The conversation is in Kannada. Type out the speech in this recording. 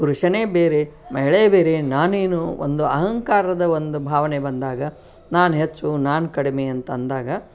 ಪುರುಷನೇ ಬೇರೆ ಮಹಿಳೆಯೇ ಬೇರೆ ನಾನೇನು ಒಂದು ಅಹಂಕಾರದ ಒಂದು ಭಾವನೆ ಬಂದಾಗ ನಾನು ಹೆಚ್ಚು ನಾನು ಕಡಿಮೆ ಅಂತ ಅಂದಾಗ